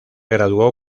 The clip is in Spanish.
graduó